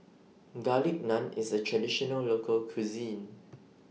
Garlic Naan IS A Traditional Local Cuisine